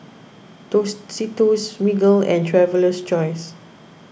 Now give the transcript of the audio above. Tostitos Smiggle and Traveler's Choice